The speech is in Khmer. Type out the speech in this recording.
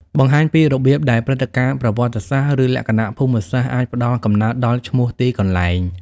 បង្ហាញពីរបៀបដែលព្រឹត្តិការណ៍ប្រវត្តិសាស្ត្រ ឬលក្ខណៈភូមិសាស្ត្រអាចផ្តល់កំណើតដល់ឈ្មោះទីកន្លែង។